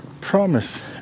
Promise